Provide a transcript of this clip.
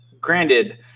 Granted